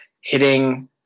hitting